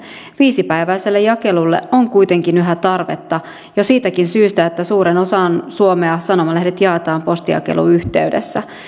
viisipäiväiselle jakelulle on kuitenkin yhä tarvetta jo siitäkin syystä että suureen osaan suomea sanomalehdet jaetaan postijakelun yhteydessä